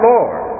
Lord